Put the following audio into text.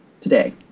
today